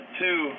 two